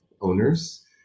owners